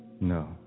No